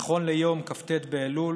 נכון ליום כ"ט באלול,